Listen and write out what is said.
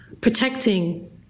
protecting